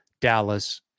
Dallas